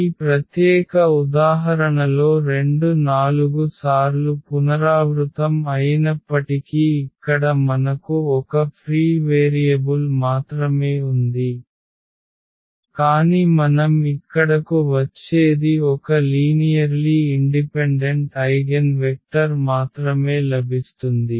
ఈ ప్రత్యేక ఉదాహరణలో 2 4 సార్లు పునరావృతం అయినప్పటికీ ఇక్కడ మనకు ఒక ఫ్రీ వేరియబుల్ మాత్రమే ఉంది కాని మనం ఇక్కడకు వచ్చేది ఒక లీనియర్లీ ఇండిపెండెంట్ ఐగెన్వెక్టర్ మాత్రమే లభిస్తుంది